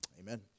Amen